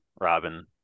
Robin